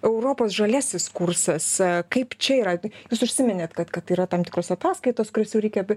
europos žaliasis kursas kaip čia yra jūs užsiminėt kad kad yra tam tikros ataskaitos kurias jau reikėtų